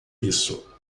isso